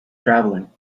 travelling